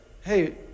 Hey